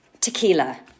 Tequila